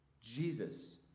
Jesus